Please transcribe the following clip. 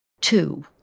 Two-